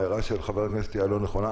ההערה של חבר הכנסת יעלון נכונה.